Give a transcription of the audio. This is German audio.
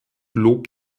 lob